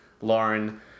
Lauren